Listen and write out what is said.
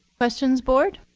questions, board?